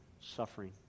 suffering